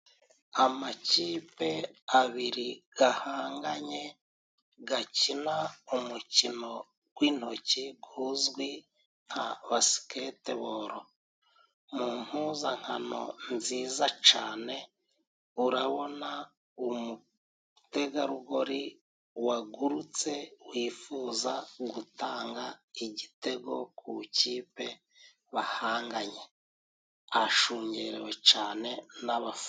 Amakipe abiri gahanganye gakina umukino wintoki uzwi nka basiketibolo .Mu mpuzankano nziza cane urabona umutegarugori wagurutse wifuza gutanga igitego ku kipe bahanganye. Ashungerewe cane abafana.